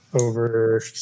over